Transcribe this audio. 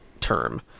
term